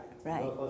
Right